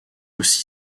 aussi